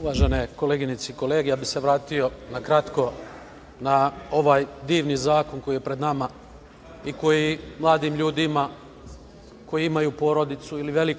Uvažene koleginice i kolege, ja bih se vratio na kratko na ovaj divni zakon koji je pred nama i koji mladim ljudima koji imaju porodicu ili